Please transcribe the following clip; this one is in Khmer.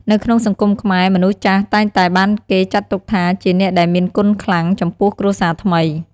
នៅក្នុងសង្គមខ្មែរ មនុស្សចាស់តែងតែបានគេចាត់ទុកថាជាអ្នកដែលមានគុណខ្លាំងចំពោះគ្រួសារថ្មី។